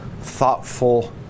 thoughtful